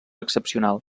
excepcional